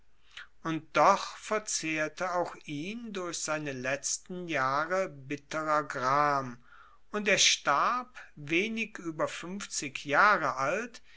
und doch verzehrte auch ihn durch seine letzten jahre bitterer gram und er starb wenig ueber fuenfzig jahre alt